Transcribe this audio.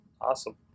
Awesome